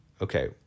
okay